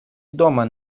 дома